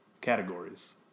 categories